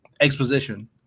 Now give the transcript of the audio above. exposition